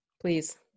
please